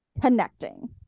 connecting